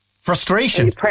Frustration